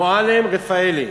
מועלם-רפאלי.